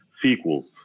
sequels